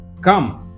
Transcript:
Come